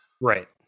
Right